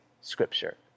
scripture